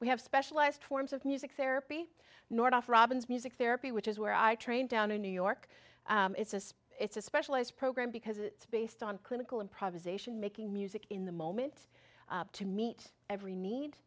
we have specialized forms of music therapy nordoff robbins music therapy which is where i train down in new york it's a speech it's a specialized program because it's based on clinical improvisation making music in the moment to meet every need